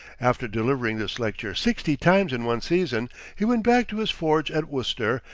after delivering this lecture sixty times in one season, he went back to his forge at worcester,